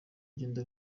agenda